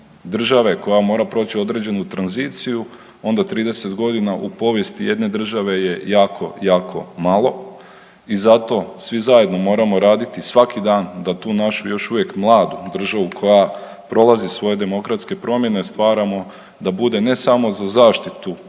države koja mora proći određenu tranziciju onda 30 godina u povijesti jedne države je jako, jako malo. I zato svi zajedno moramo raditi svaki dan da tu našu još uvijek mladu državu koja prolazi svoje demokratske promjene stvaramo da bude ne samo za zaštitu